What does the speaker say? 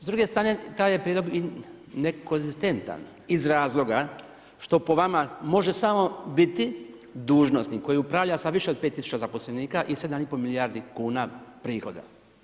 S druge strane taj prijedlog i ne konzistentan iz razloga što po vama može samo biti dužnosnik koji upravlja sa više od 5000 zaposlenika i 7,5 milijardi kuna prihoda.